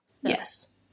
Yes